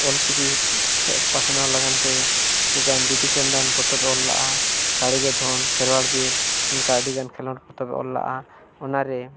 ᱚᱞᱪᱤᱠᱤ ᱯᱟᱥᱱᱟᱣ ᱞᱟᱜᱟᱫ ᱛᱮ ᱢᱤᱫᱴᱟᱱ ᱵᱤᱸᱫᱩ ᱪᱟᱸᱫᱟᱱ ᱯᱚᱛᱚᱵ ᱮ ᱚᱞ ᱞᱟᱜᱼᱟ ᱫᱟᱲᱮ ᱜᱮ ᱫᱷᱚᱱ ᱠᱷᱮᱨᱣᱟᱲ ᱵᱤᱨ ᱚᱱᱠᱟ ᱟᱹᱰᱤᱜᱟᱱ ᱠᱷᱮᱞᱳᱰ ᱯᱚᱛᱚᱵ ᱮ ᱚᱞ ᱞᱟᱜᱼᱟ ᱚᱱᱟᱨᱮ